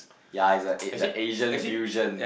ya it's the a~ the Asian fusion